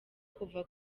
kuva